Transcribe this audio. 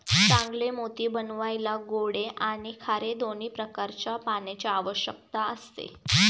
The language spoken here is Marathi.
चांगले मोती बनवायला गोडे आणि खारे दोन्ही प्रकारच्या पाण्याची आवश्यकता असते